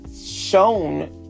shown